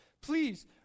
Please